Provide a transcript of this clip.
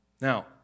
Now